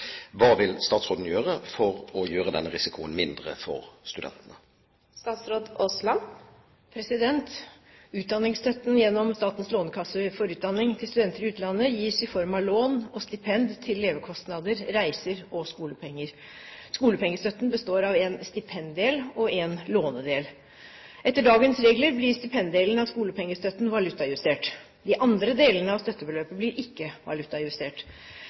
Hva vil statsråden gjøre for å gjøre denne risikoen mindre for studentene?» Utdanningsstøtten gjennom Statens lånekasse for utdanning til studenter i utlandet gis i form av lån og stipend til levekostnader, reiser og skolepenger. Skolepengestøtten består av en stipenddel og en lånedel. Etter dagens regler blir stipenddelen av skolepengestøtten valutajustert. De andre delene av støttebeløpet blir ikke valutajustert.